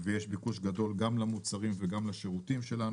ויש ביקוש גדול גם למוצרים וגם לשירותים שלנו.